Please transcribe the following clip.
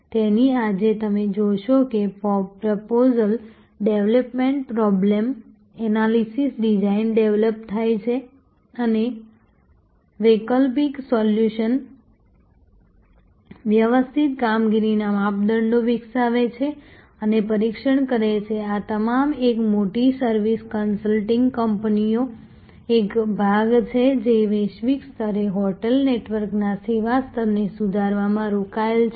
તેથી આજે તમે જોશો કે proposal development problem analysis design develop થાય છે અને વૈકલ્પિક સોલ્યુશન્સ વ્યવસ્થિત કામગીરીના માપદંડો વિકસાવે છે અને પરીક્ષણ કરે છે આ તમામ એક મોટી સર્વિસ કન્સલ્ટિંગ કંપનીનો એક ભાગ છે જે વૈશ્વિક સ્તરે હોટેલ નેટવર્કના સેવા સ્તરને સુધારવામાં રોકાયેલ છે